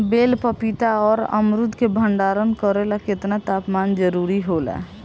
बेल पपीता और अमरुद के भंडारण करेला केतना तापमान जरुरी होला?